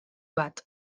bat